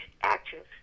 actress